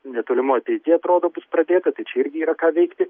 netolimoj ateity atrodo bus pradėta tai čia irgi yra ką veikti